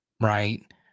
right